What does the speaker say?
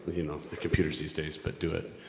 you know, the computers these days. but do it.